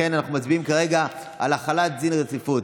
לכן אנחנו מצביעים כרגע על החלת דין הרציפות.